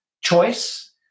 choice